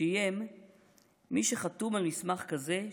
שאיים שמי שחתום על מסמך כזה,